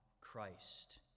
Christ